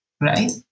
right